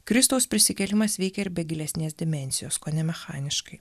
kristaus prisikėlimas veikia ir be gilesnės dimensijos kone mechaniškai